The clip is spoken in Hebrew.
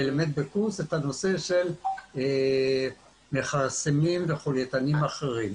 לימדתי בקורס את הנושא של מכרסמים וחולייתנים אחרים.